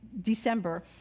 December